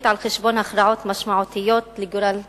על-חשבון הכרעות משמעותיות לגורל המדינה.